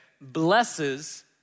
blesses